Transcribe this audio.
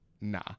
nah